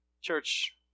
church